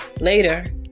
Later